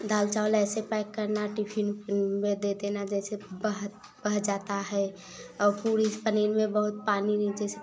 दाल चावल ऐसे पैक करना टिफिन ओफिन में दे देना जैसे बह बह जाता है और पूड़ी पनीर में बहुत पानी नीचे से